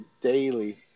daily